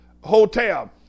hotel